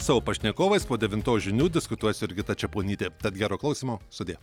savo pašnekovais po devintos žinių diskutuos jurgita čeponytė tad gero klausymo sudie